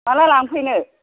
माब्ला लांफैनो